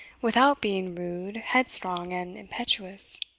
without being rude, headstrong, and impetuous.